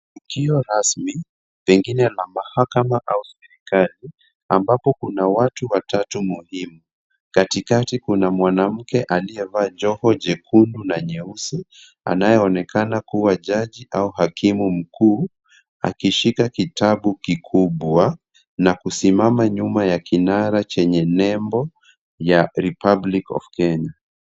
Tukio rasmi pengine la mahakama au serikali, ambapo kuna watu watatu muhimu. Katikati kuna mwanamke aliyevaa joho jekundu na nyeusi anayeonekana kuwa jaji au hakimu mkuu, akishika kitabu kikubwa na kusimama nyuma ya kinara chenye nembo ya republic of Kenya.